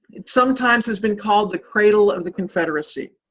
it sometimes has been called the cradle of the confederacy.